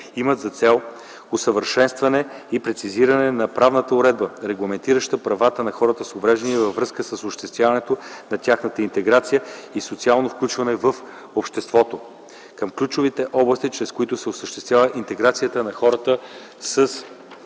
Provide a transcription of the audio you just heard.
имат за цел усъвършенстване и прецизиране на правната уредба, регламентираща правата на хората с увреждания във връзка с осъществяване на тяхната интеграция и социално включване в обществото. Към ключовите области, чрез които се осъществява интеграцията на хората с